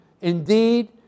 Indeed